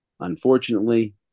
Unfortunately